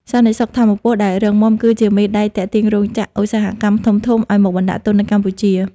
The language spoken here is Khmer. សន្តិសុខថាមពលដែលរឹងមាំគឺជាមេដែកទាក់ទាញរោងចក្រឧស្សាហកម្មធំៗឱ្យមកបណ្ដាក់ទុននៅកម្ពុជា។